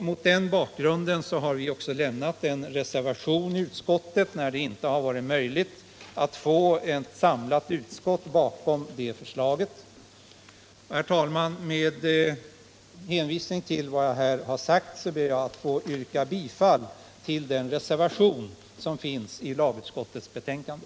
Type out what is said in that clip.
Mot den bakgrunden har vi också, när det inte varit möjligt att få ett samlat utskott bakom det förslaget, avgivit reservation. Herr talman! Med hänvisning till vad jag här har anfört ber jag att få yrka bifall till den reservation som är fogad vid lagutskottets betänkande.